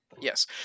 Yes